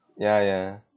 ya ya